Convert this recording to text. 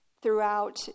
throughout